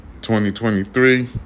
2023